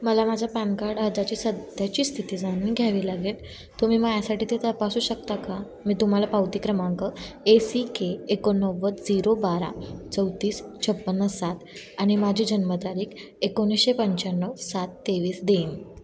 मला माझ्या PAN card अर्जाची सध्याची स्थिती जाणून घ्यावी लागेल तुम्ही माझ्यासाठी ते तपासू शकता का मी तुम्हाला पावती क्रमांक ए सी के एकोणनव्वद झिरो बारा चौतीस छप्पन्न सात आणि माझी जन्मतारीख एकोणीसशे पंच्याण्णव सात तेवीस देईन